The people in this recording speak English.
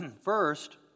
First